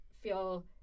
feel